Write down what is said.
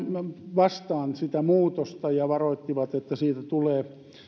vastaan sitä muutosta ja varoittivat että siitä tulee